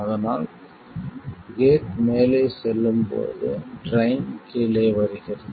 அதனால் கேட் மேலே செல்லும் போது ட்ரைன் கீழே வருகிறது